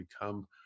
become